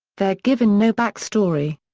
they're given no back story.